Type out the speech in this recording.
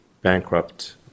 bankrupt